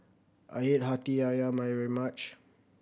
I hate Hati Ayam very much